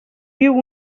viu